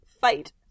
fight